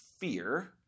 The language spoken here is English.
fear